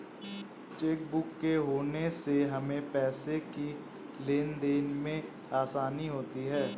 chequebook के होने से हमें पैसों की लेनदेन में आसानी होती हैँ